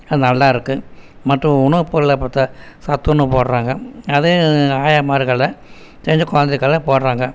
நல்லாயிருக்கும் மற்றும் உணவு பொருளை பார்த்தா சத்துணவு போடுறாங்க அதுவும் ஆயாம்மார்களை செஞ்சு குழந்தைகளெலாம் போடுகிறாங்க